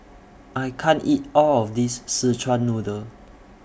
I can't eat All of This Szechuan Noodle